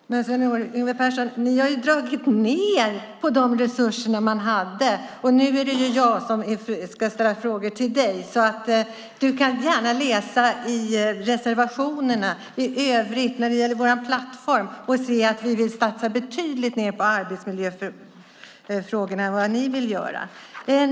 Herr talman! Men Sven Yngve Persson, ni har ju dragit ned på de resurser man hade! Nu är det ju jag som ska ställa frågor till dig. Du kan gärna läsa i reservationerna i övrigt när det gäller vår plattform och se att vi vill satsa betydligt mer på arbetsmiljöfrågorna än vad ni vill göra.